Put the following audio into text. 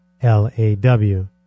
L-A-W